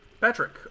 Patrick